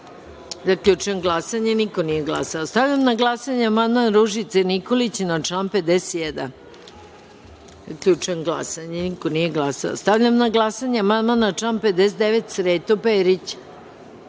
47.Zaključujem glasanje: niko nije glasao. Stavljam na glasanje amandman Ružice Nikolić na član 51.Zaključujem glasanje: niko nije glasao. Stavljam na glasanje amandman Srete Perića